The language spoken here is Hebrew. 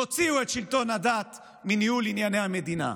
תוציאו את שלטון הדת מניהול ענייני המדינה.